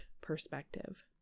perspective